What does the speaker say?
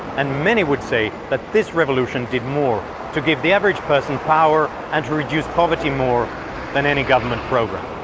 and many would say that this revolution did more to give the average person power, and to reduce poverty and more than any government program.